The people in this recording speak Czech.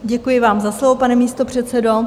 Děkuji vám za slovo, pane místopředsedo.